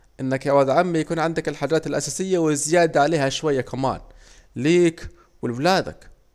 انك يا واد عمي يكون عندك الحاجات الأساسية وشوية عليها زيادة كمان، ليك ولولادك